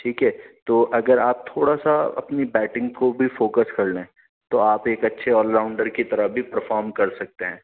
ٹھیک ہے تو اگر آپ تھوڑا سا اپنی بیٹنگ کو بھی فوکس کر لیں تو آپ ایک اچھے آل راؤنڈر کی طرح بھی پرفارم کر سکتے ہیں